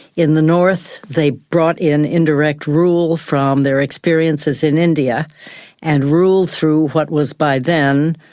in the north they brought in indirect rule from their experiences in india and rule through what was, by then,